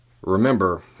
Remember